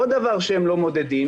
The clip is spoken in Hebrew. דבר נוסף שלא מודדים